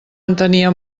entenia